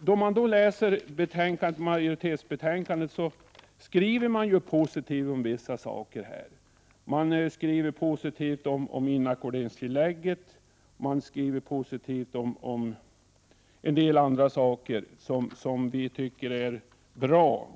När man läser betänkandet finner man att utskottsmajoriteten skriver positivt om vissa saker. Man skriver t.ex. positivt om inackorderingstillägget och om en del andra saker som vi tycker är bra.